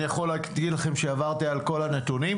אני יכול להגיד לכם שעברתי על כל הנתונים,